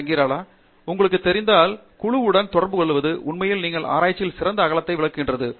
டங்கிராலா உங்களுக்கு தெரிந்தால் குழுவுடன் தொடர்புகொள்வது உண்மையில் நீங்கள் ஆராய்ச்சியின் சிறந்த அகலத்தை வழங்குகிறது